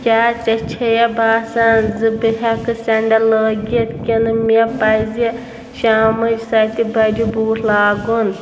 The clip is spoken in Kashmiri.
کیٛاہ ژےٚ چھےٚ یا باسان زٕ بہٕ ہٮ۪کہٕ سٮ۪نڈَل لٲگِتھ کِنہٕ مےٚ پَزِ شامٕچ سَتہِ بَجہِ بوٗٹھ لاگُن